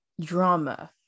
drama